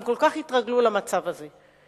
הם כל כך התרגלו למצב הזה.